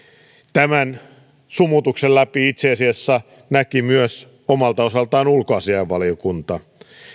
tämän sumutuksen läpi itse asiassa näki omalta osaltaan myös ulkoasiainvaliokunta